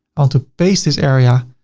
um to paste this area,